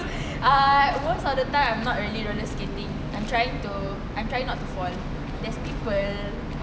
uh most of the time I'm not really roller skating I trying to I trying not to fall there's people